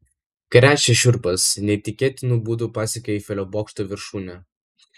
krečia šiurpas neįtikėtinu būdu pasiekė eifelio bokšto viršūnę